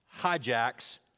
hijacks